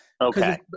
Okay